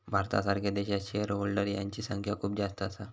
भारतासारख्या देशात shareholder यांची संख्या खूप जास्त असा